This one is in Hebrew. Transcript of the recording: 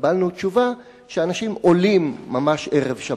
קיבלנו תשובה שאנשים עולים ממש ערב שבת.